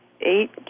eight